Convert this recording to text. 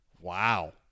Wow